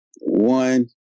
One